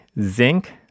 zinc